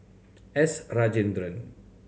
S Rajendran